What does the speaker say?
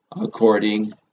according